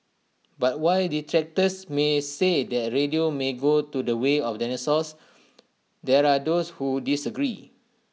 but while detractors may say that radio may go to the way of dinosaur there are those who disagree